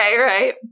right